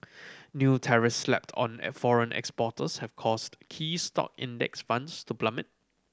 new tariffs slapped on foreign exporters have caused key stock Index Funds to plummet